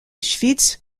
schwytz